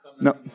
No